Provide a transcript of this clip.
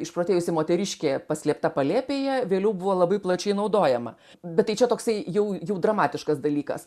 išprotėjusi moteriškė paslėpta palėpėje vėliau buvo labai plačiai naudojama bet tai čia toksai jau jau dramatiškas dalykas